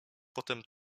potem